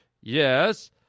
Yes